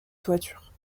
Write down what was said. toiture